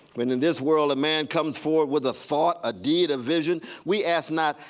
when in this world a man comes forward with a thought, a deed, a vision, we ask not,